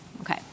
Okay